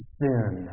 sin